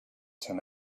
ten